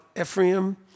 Ephraim